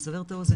לסבר את האוזן,